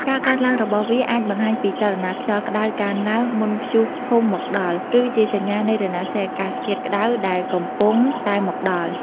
ការកើនឡើងរបស់វាអាចបង្ហាញពីចលនាខ្យល់ក្តៅកើនឡើងមុនព្យុះធំមកដល់ ឬជាសញ្ញានៃរណសិរ្សអាកាសធាតុក្តៅដែលកំពុងតែមកដល់។